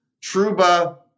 Truba